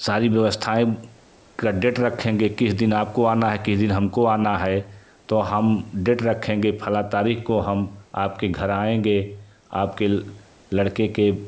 सारी व्यवस्थाएँ का डेट रखेंगे किस दिन आपको आना है किस दिन हमको आना है तो हम डेट रखेंगे फलां तारीख को हम आपके घर आएँगे आपके लड़के के